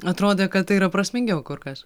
atrodė kad tai yra prasmingiau kur kas